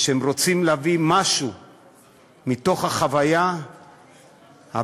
והם רוצים להביא משהו מתוך החוויה הבלתי-נסבלת